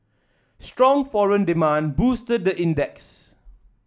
strong foreign demand boosted the index